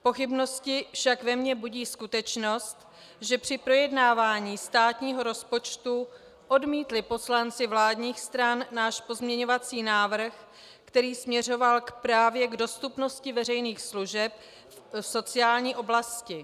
Pochybnosti však ve mně budí skutečnost, že při projednávání státního rozpočtu odmítli poslanci vládních stran náš pozměňovací návrh, který směřoval právě k dostupnosti veřejných služeb v sociální oblasti.